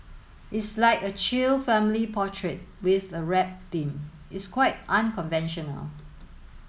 it's like a chill family portrait with a rap theme it's quite unconventional